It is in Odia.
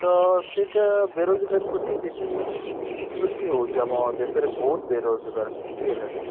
ତ ସେଇଟା ବେରୋଜଗାର ପ୍ରତି ବେଶୀ ସୃଷ୍ଟି ହେଉଛି ଆମ ଦେଶରେ ବହୁତ ବେରୋଜଗାର ସୃଷ୍ଟି ହେଲାଣି